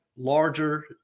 larger